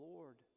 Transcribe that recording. Lord